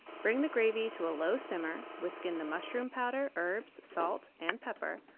bring the gravy to a low simmer, whisk in the mushroom powder, herbs, salt, and pepper,